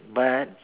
but